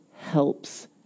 helps